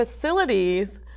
facilities